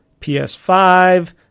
ps5